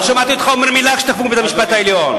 לא שמעתי אותך אומר מלה כשתקפו את בית-המשפט העליון.